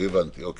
אני